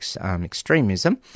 extremism